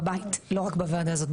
לא רק בוועדה הזאת,